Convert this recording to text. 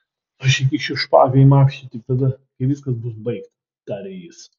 aš įkišiu špagą į makštį tik tada kai viskas bus baigta tarė jis